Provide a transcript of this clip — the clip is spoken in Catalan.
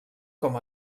com